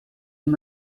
and